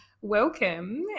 Welcome